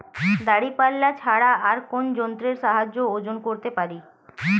দাঁড়িপাল্লা ছাড়া আর কোন যন্ত্রের সাহায্যে ওজন করতে পারি?